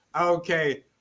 Okay